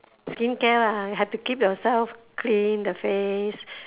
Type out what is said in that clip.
skincare lah have to keep yourself clean the face